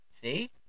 See